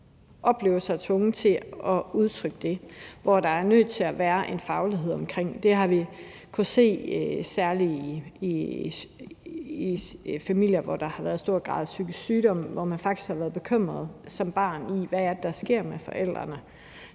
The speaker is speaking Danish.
de føler sig tvunget til at udtrykke det, hvor der er nødt til at være en faglighed omkring det. Det har vi kunnet se særlig i familier, hvor der har været en stor grad af psykisk sygdom, og hvor man faktisk som barn har været bekymret over, hvad det er, der sker med forældrene.